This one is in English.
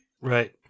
Right